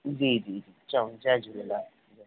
जी जी जी चऊं जय झूलेलाल